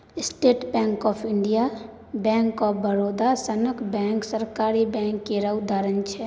state Bank of India, Bank of Baroda सनक bank सरकारी bank केर उदाहरण छै